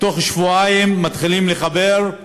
תוך שבועיים מתחילים לחבר,